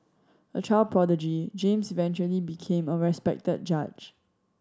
a child prodigy James eventually became a respected judge